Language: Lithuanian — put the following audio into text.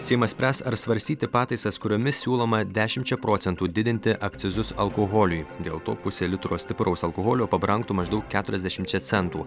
seimas spręs ar svarstyti pataisas kuriomis siūloma dešimčia procentų didinti akcizus alkoholiui dėl to pusė litro stipraus alkoholio pabrangtų maždaug keturiasdešimčia centų